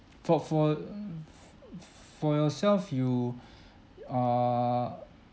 for for uh f~ f~ for yourself you are